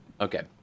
Okay